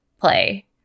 play